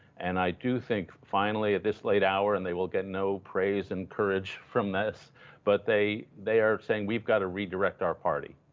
and i do think, finally, at this late hour and they will get no praise and courage from this but they they are saying, we have got to redirect our party.